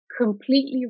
completely